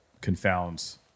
confounds